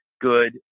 good